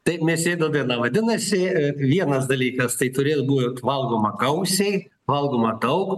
taip mėsėdo diena vadinasi vienas dalykas tai turėjo būt valgoma gausiai valgoma daug